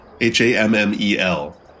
H-A-M-M-E-L